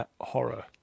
horror